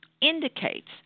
indicates